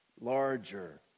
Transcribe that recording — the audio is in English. larger